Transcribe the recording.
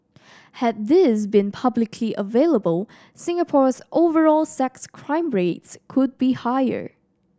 had these been available Singapore's overall sex crime rates could be higher